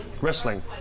Wrestling